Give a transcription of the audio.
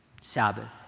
Sabbath